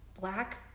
black